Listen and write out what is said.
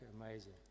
amazing